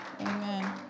Amen